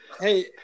Hey